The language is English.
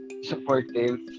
supportive